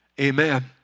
Amen